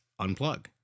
unplug